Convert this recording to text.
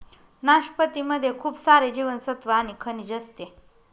नाशपती मध्ये खूप सारे जीवनसत्त्व आणि खनिज असते